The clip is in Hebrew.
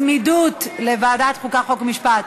בצמידות, לוועדת החוקה, חוק ומשפט.